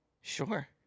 sure